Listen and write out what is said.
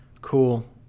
Cool